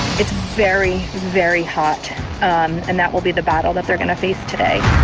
it's very, very hot and um and that will be the battle that they're going to face today.